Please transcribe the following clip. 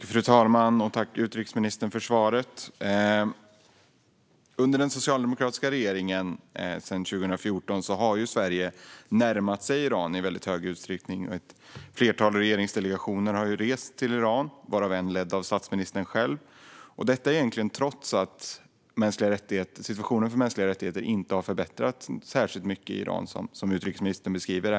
Fru talman! Tack för svaret, utrikesministern! Under den socialdemokratiska regeringen sedan 2014 har Sverige närmat sig Iran i väldigt hög utsträckning. Ett flertal regeringsdelegationer har rest till Iran, varav av en ledd av statsministern själv, detta trots att situationen för mänskliga rättigheter inte har förbättrats särskilt mycket i Iran, så som utrikesministern beskriver.